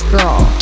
Girl